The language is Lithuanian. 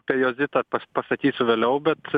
apie jozitą pas pasakysiu vėliau bet